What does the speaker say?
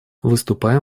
выступаем